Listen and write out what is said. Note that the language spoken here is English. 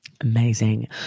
Amazing